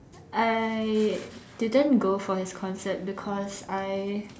I didn't go for his concert because I